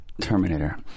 Terminator